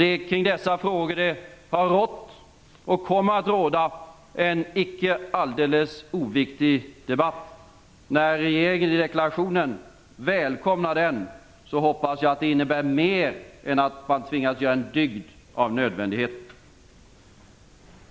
Det är kring dessa frågor det har rått och kommer att råda en icke alldeles oviktig debatt. När regeringen välkomnar den i deklarationen hoppas jag att det innebär mer än att man tvingats göra en dygd av nödvändigheten.